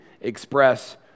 express